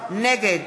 נגד